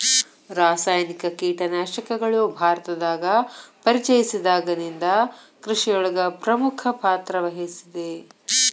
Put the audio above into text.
ರಾಸಾಯನಿಕ ಕೇಟನಾಶಕಗಳು ಭಾರತದಾಗ ಪರಿಚಯಸಿದಾಗನಿಂದ್ ಕೃಷಿಯೊಳಗ್ ಪ್ರಮುಖ ಪಾತ್ರವಹಿಸಿದೆ